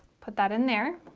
put that in there